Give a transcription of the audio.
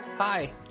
Hi